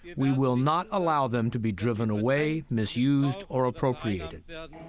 we will not allow them to be driven away, misused or appropriated